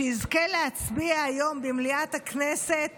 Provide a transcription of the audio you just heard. שיזכה להצביע היום במליאת הכנסת